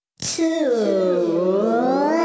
Two